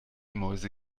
mäuse